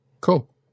cool